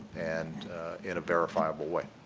and in a verifiable way.